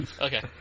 Okay